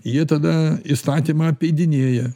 jie tada įstatymą apeidinėja